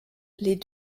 les